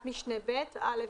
ב-(א):